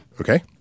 Okay